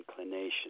inclination